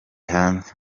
hanze